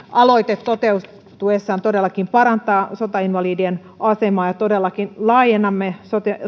aloite toteutuessaan todellakin parantaa sotainvalidien asemaa ja todellakin laajennamme